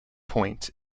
point